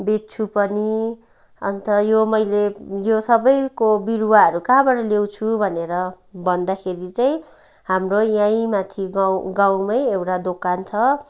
बेच्छु पनि अन्त यो मैले यो सबैको बिरुवाहरू कहाँबाट ल्याँउछु भनेर भन्दाखेरि चाहिँ हाम्रो यहीँ माथि गाउँ गाउँमै एउटा दोकान छ